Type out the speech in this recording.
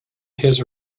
his